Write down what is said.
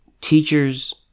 Teachers